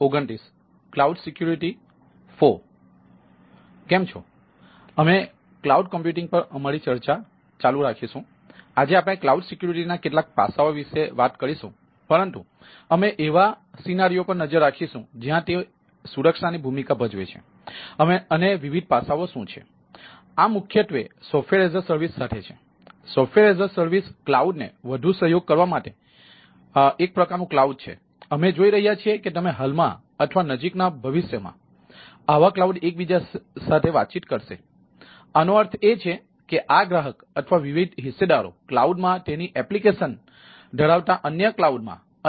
અમે cloud computing ધરાવતા અન્ય ક્લાઉડમાં અન્ય એપ્લિકેશન સાથે વાતચીત કરશે